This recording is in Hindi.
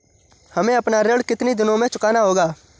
हमें अपना ऋण कितनी दिनों में चुकाना होगा?